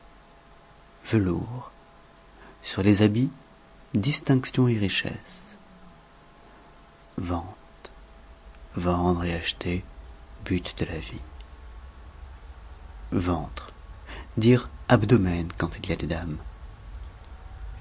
sur les habits distinction et richesse vente vendre et acheter but de la vie ventre dire abdomen quand il y a des dames